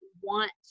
want